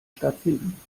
stattfinden